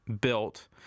built